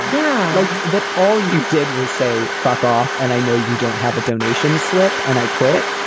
um yeah. like that. all you did was say fuck off. and i know you don't have a donation slip and i quit.